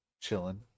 chilling